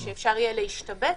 שאפשר יהיה להשתבץ,